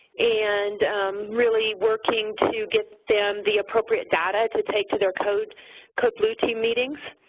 and really working to get them the appropriate data to take to their code code blue team meetings